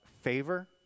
favor